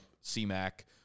C-Mac